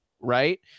right